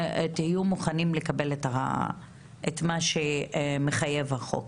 ותהיו מוכנים לקבל את מה שמחייב החוק.